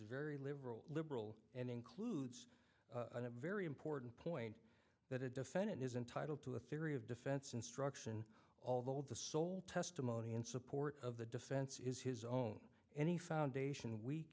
very liberal liberal and includes a very important point that a defendant is entitled to a theory of defense instruction although the sole testimony in support of the defense is his own any foundation we